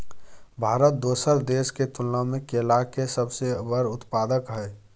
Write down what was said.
भारत दोसर देश के तुलना में केला के सबसे बड़ उत्पादक हय